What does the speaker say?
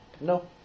No